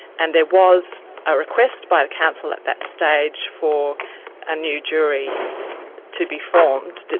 and there was a request by the counsel at that stage for a new jury to be formed,